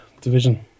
division